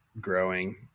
growing